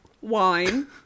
wine